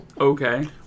Okay